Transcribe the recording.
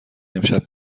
امشب